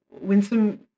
Winsome